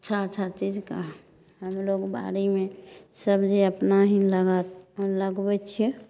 अच्छा अच्छा चीजके हमलोग बाड़ीमे सबजी अपना ही लगा लगबैत छियै